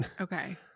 okay